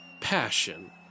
passion